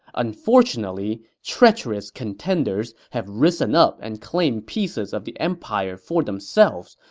unfortunately, treacherous contenders have risen up and claimed pieces of the empire for themselves,